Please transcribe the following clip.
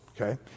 okay